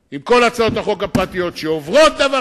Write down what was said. עם כל הצעות החוק הפרטיות שעוברות כדבר